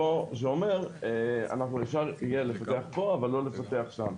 שאומר שאפשר יהיה לפתח פה אבל לא לפתח שם,